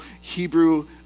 Hebrew